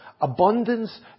abundance